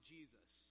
Jesus